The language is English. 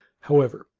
however,